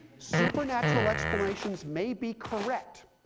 supernatural explanations may be correct.